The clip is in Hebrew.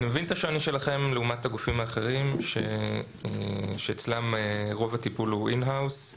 מבין את השוני שלכם לעומת גופים אחרים שאצלם רוב הטיפול הוא in house.